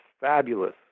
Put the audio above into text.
fabulous